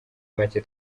make